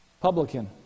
publican